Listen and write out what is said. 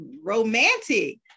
Romantic